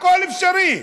הכול אפשרי.